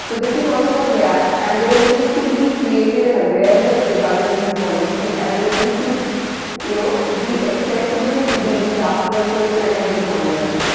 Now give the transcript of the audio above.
so this is also a gap and there needs to be created and awareness regarding these policies and they need to you know be accessible to the craftsperson and at the ground level.